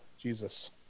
Jesus